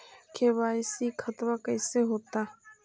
KYC खतबा कैसे होता?